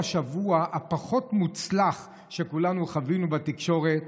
השבוע הפחות-מוצלח שכולנו חווינו בתקשורת.